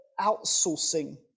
outsourcing